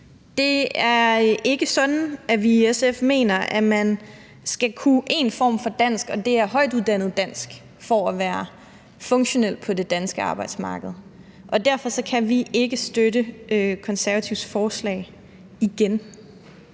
Det er ikke sådan, at vi i SF mener, at man skal kunne én form for dansk, og at det er højtuddannet dansk, for at være funktionel på det danske arbejdsmarked, og derfor kan vi igen ikke støtte De Konservatives forslag.